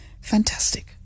fantastic